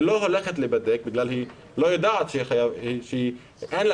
היא לא הולכת להיבדק בגלל שאין לה